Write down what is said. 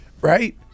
Right